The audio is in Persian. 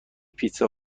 پیتزا